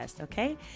Okay